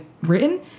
written